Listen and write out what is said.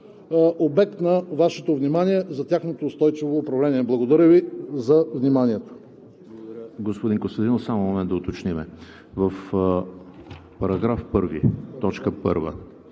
обект на Вашето внимание за тяхното устойчиво управление. Благодаря Ви за вниманието.